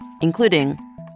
including